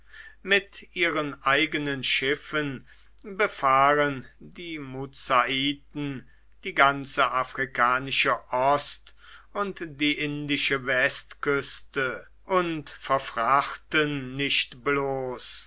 mit ihren eigenen schiffen befahren die muzaiten die ganze afrikanische ost und die indische westküste und verfrachten nicht bloß